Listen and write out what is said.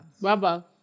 Baba